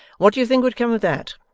what do you think would come of that